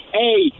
hey